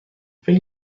فکر